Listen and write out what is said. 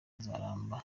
nzaramba